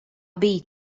biji